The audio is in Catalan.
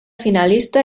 finalista